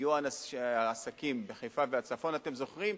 נפגעו העסקים בחיפה ובצפון, אתם זוכרים?